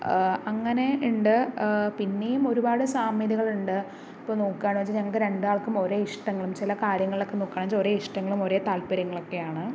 അങ്ങനെ ഉണ്ട് പിന്നേയും ഒരുപാട് സാമ്യതകൾ ഉണ്ട് ഇപ്പോൾ നോക്കുകയാണെന്ന് വെച്ചാൽ ഞങ്ങൾക്ക് രണ്ടാൾക്കും ഒരേ ഇഷ്ട്ടങ്ങളും ചില കാര്യങ്ങളക്കെ നോക്കുകയാണെന്ന് വച്ചാൽ ഒരേ ഇഷ്ടങ്ങളും ഒരേ താൽപര്യങ്ങളൊക്കെ ആണ്